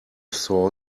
saw